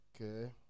Okay